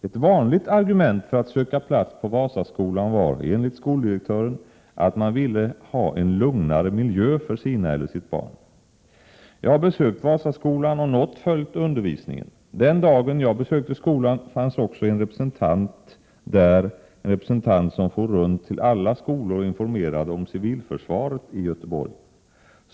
Ett vanligt argument för att söka plats på Vasaskolan var, enligt skoldirektören, att man ville ha en lugnare miljö för sina eller sitt barn. Jag har besökt Vasaskolan och något följt undervisningen. Den dag jag besökte skolan fanns också en representant där som for runt till alla skolor och informerade om civilförsvaret i Göteborg.